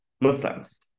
Muslims